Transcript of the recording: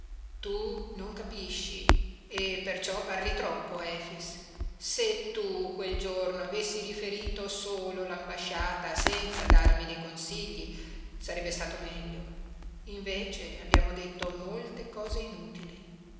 tu non capisci e perciò parli troppo efix se tu quel giorno avessi riferito solo l'ambasciata senza darmi dei consigli sarebbe stato meglio invece abbiamo detto molte cose inutili